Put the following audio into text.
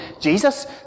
Jesus